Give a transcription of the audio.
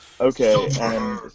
Okay